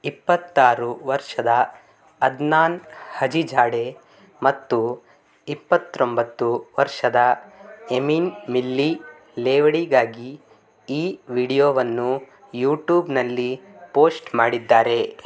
ಇಪ್ಪತ್ತಾರು ವರ್ಷದ Adnan Hajizade ಮತ್ತು ಇಪ್ಪತ್ತೊಂಬತ್ತು ವರ್ಷದ ಎಮಿನ್ ಮಿಲ್ಲಿ ಲೇವಡಿಗಾಗಿ ಈ ವಿಡಿಯೋವನ್ನು ಯೂಟೂಬ್ನಲ್ಲಿ ಪೋಸ್ಟ್ ಮಾಡಿದ್ದಾರೆ